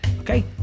Okay